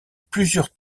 plusieurs